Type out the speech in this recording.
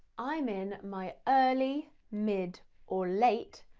i'm in my early, mid or late,